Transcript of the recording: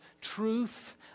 truth